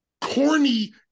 corny